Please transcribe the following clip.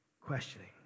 Questioning